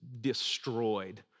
destroyed